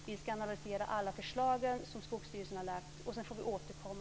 Vi ska analysera alla förslagen som Skogsstyrelsen har lagt fram. Sedan får vi återkomma.